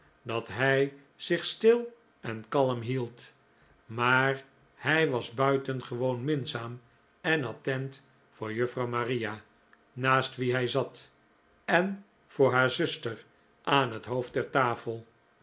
dat hij zich stil en kalm hield maar hij was buitengewoon minzaam en attent voor juffrouw maria naast wie hij zat en voor haar zuster aan het hoofd der tafel